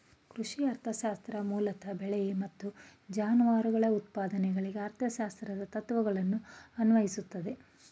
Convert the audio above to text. ಕೃಷಿ ಅರ್ಥಶಾಸ್ತ್ರ ಮೂಲತಃ ಬೆಳೆ ಮತ್ತು ಜಾನುವಾರುಗಳ ಉತ್ಪಾದನೆಗಳಿಗೆ ಅರ್ಥಶಾಸ್ತ್ರದ ತತ್ವಗಳನ್ನು ಅನ್ವಯಿಸ್ತದೆ